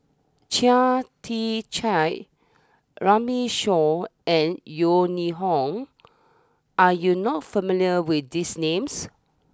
Chia Tee Chiak Runme Shaw and Yeo Ning Hong are you not familiar with these names